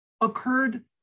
occurred